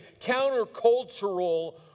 countercultural